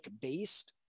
based